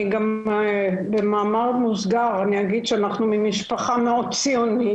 במאמר מוסגר אני אגיד שאנחנו ממשפחה מאוד ציונית